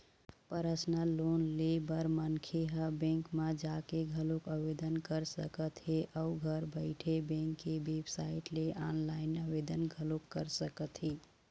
personal loan ले बर मनखे ह बेंक म जाके घलोक आवेदन कर सकत हे अउ घर बइठे बेंक के बेबसाइट ले ऑनलाईन आवेदन घलोक कर सकत हे